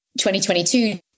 2022